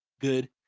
good